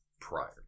prior